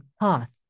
path